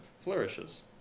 flourishes